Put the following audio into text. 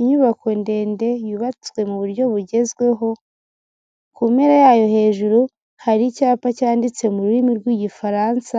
Inyubako ndende yubatswe muburyo bugezweho ku mpera yayo hejuru hari icyapa cyanditse mu rurimi rw'igifaransa